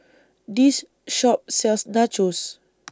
This Shop sells Nachos